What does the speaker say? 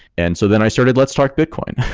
and so then i started let's talk bitcoin.